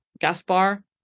Gaspar